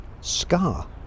Scar